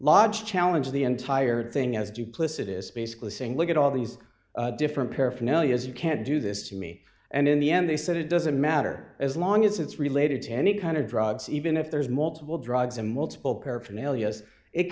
lodged challenge the entire thing as duplicitous basically saying look at all these different paraphernalia as you can't do this to me and in the end they said it doesn't matter as long as it's related to any kind of drugs even if there's multiple drugs and multiple paraphernalia it